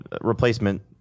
replacement